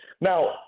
Now